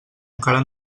encara